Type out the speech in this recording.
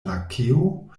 lakeo